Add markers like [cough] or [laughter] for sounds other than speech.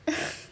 [laughs]